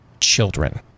children